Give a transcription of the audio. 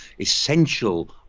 essential